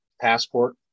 passport